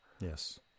Yes